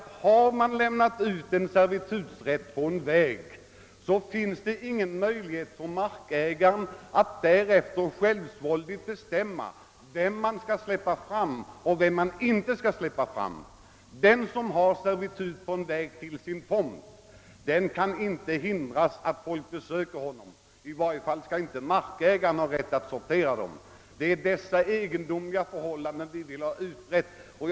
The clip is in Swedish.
Om det har lämnats ut servitutsrätt som gäller en väg, finns det ingen möjlighet för markägaren att egenmäktigt bestämma vem som skall släppas fram på vägen och vem som inte skall släppas fram. Den som har servitutsrätt som gäller en väg till hans egen tomt kan inte hindras från att ta emot besök av personer som anlitar denna väg — i varje fall bör inte markägaren ha rätt att bestämma vilka besökare som får använda vägen. Det är dessa egendomliga förhållanden som vi vill ha utredda.